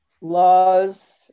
laws